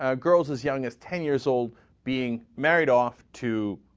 ah girls as young as ten years old being married off too